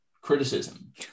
criticism